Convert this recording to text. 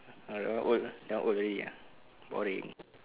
uh that one old old already ah boring